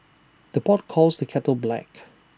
the pot calls the kettle black